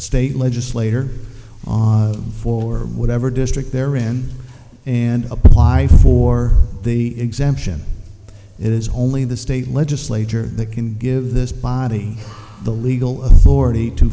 state legislator on for whatever district there in and apply for the exemption it is only the state legislature that can give this body the legal authority to